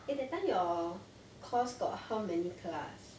eh that time your course got how many class